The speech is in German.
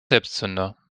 selbstzünder